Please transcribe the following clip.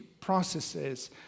processes